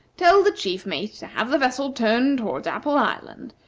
tell the chief mate to have the vessel turned toward apple island,